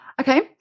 okay